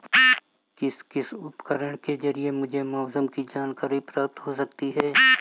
किस किस उपकरण के ज़रिए मुझे मौसम की जानकारी प्राप्त हो सकती है?